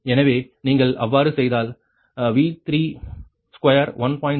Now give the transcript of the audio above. எனவே நீங்கள் அவ்வாறு செய்தால் V32 1